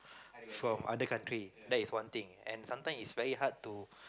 from other country that is one thing and sometimes it's very hard to